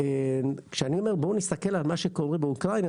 כשאני אומר בואו נסתכל על מה שקורה באוקראינה,